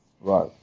right